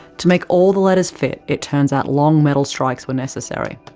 to make all the letters fit, it turned out long metal strikes were necessary.